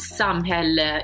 samhälle